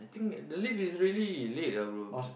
think that the lift is really late ah bro